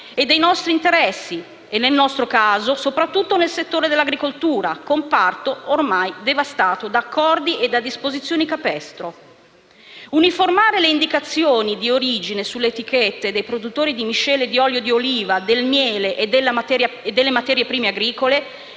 e dei nostri interessi, nel nostro caso soprattutto nel settore dell'agricoltura, comparto ormai devastato da accordi e da disposizioni capestro. Uniformare le indicazioni di origine sulle etichette dei produttori di miscele di olio di oliva, del miele e delle materie prime agricole,